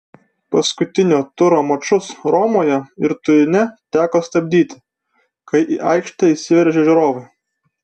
paskutinio turo mačus romoje ir turine teko stabdyti kai į aikštę įsiveržė žiūrovai